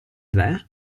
there